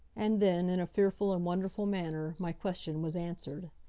and then, in a fearful and wonderful manner, my question was answered.